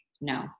no